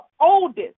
oldest